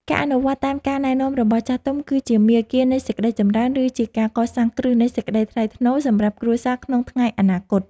ការអនុវត្តតាមការណែនាំរបស់ចាស់ទុំគឺជាមាគ៌ានៃសេចក្តីចម្រើន ឬ ជាការកសាងគ្រឹះនៃសេចក្តីថ្លៃថ្នូរសម្រាប់គ្រួសារក្នុងថ្ងៃអនាគត។